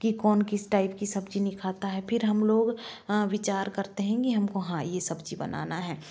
कि कौन किस टाइप की सब्जी नहीं खाता है फिर हम लोग विचार करते हैं कि हमको हाँ ये सब्जी बनाना है